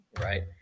right